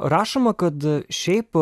rašoma kad šiaip